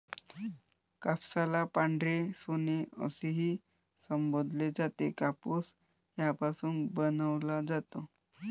कापसाला पांढरे सोने असेही संबोधले जाते, कापूस यापासून बनवला जातो